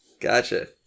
Gotcha